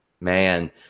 Man